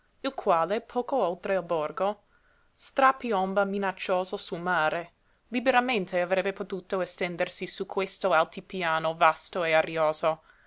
il quale poco oltre il borgo strapiomba minaccioso sul mare liberamente avrebbe potuto estendersi su questo altipiano vasto e arioso